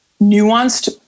nuanced